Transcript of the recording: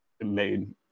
made